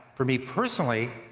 for me personally,